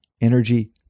Energy